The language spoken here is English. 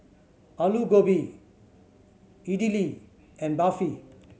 Alu Gobi Idili and Barfi